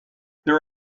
there